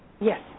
yes